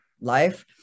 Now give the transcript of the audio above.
life